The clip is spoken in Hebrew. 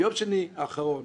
ביום שני האחרון